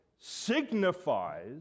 signifies